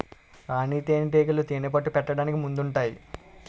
రాణీ తేనేటీగలు తేనెపట్టు పెట్టడానికి ముందుంటాయి